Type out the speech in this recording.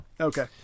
Okay